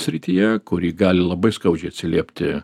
srityje kuri gali labai skaudžiai atsiliepti